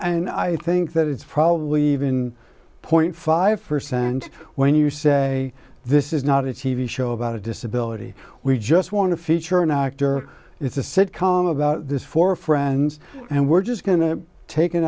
and i think that it's probably even point five percent when you say this is not a t v show about a disability we just want to feature an actor it's a sitcom about this for friends and we're just going to take an